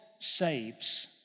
saves